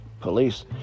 police